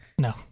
No